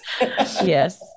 yes